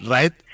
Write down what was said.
Right